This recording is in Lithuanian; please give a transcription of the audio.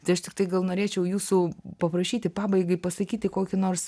tai aš tiktai gal norėčiau jūsų paprašyti pabaigai pasakyti kokį nors